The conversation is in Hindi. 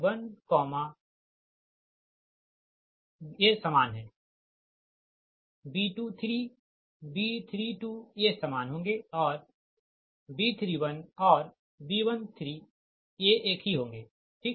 B12B21 ये सामान है B23B32 ये सामान होंगे और B31 और B13ये एक ही होंगे ठीक